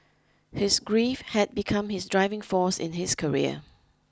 his grief had become his driving force in his career